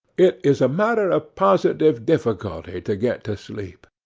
it is a matter of positive difficulty to get to sleep